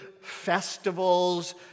festivals